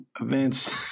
events